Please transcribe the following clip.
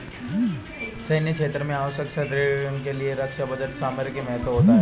सैन्य क्षेत्र में आवश्यक सुदृढ़ीकरण के लिए रक्षा बजट का सामरिक महत्व होता है